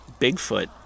Bigfoot